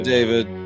David